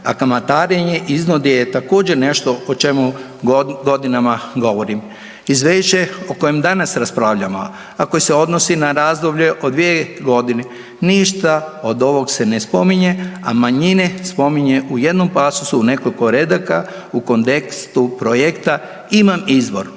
A kamatarenje i iznude je također nešto o čemu godinama govorim. Izvješće o kojem danas raspravljamo, a koje se odnosi na razdoblje od 2 godine ništa od ovog se ne spominje, a manjine spominje u jednom pasosu u nekoliko redaka u kontekstu projekta Imam izbor